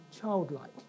childlike